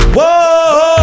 Whoa